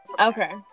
okay